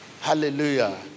Hallelujah